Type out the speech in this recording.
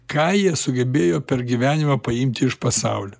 ką jie sugebėjo per gyvenimą paimti iš pasaulio